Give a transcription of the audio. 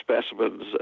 specimens